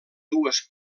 dues